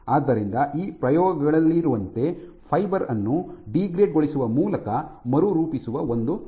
ಆದ್ದರಿಂದ ಈ ಪ್ರಯೋಗಗಳಲ್ಲಿರುವಂತೆ ಫೈಬರ್ ಅನ್ನು ಡೀಗ್ರೇಡ್ ಗೊಳಿಸುವ ಮೂಲಕ ಮರುರೂಪಿಸುವ ಒಂದು ಮಾರ್ಗವಾಗಿದೆ